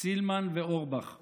סילמן ואורבך ואמרו: